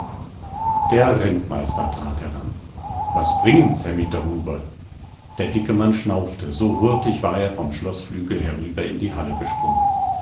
der rentmeister trat heran was bringen's herr mitterhuber der dicke mann schnaufte so hurtig war er vom schloßflügel herüber in die halle gesprungen